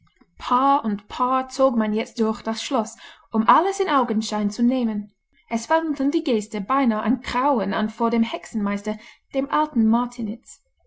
paar und paar zog man jetzt durch das schloß um alles in augenschein zu nehmen es wandelte die gäste beinahe ein grauen an vor dem hexenmeister dem alten martiniz